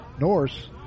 Norse